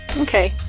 okay